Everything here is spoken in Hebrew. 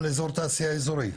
כל אזור תעשייה אזורי,